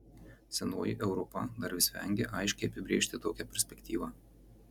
senoji europa dar vis vengia aiškiai apibrėžti tokią perspektyvą